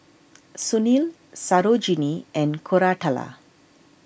Sunil Sarojini and Koratala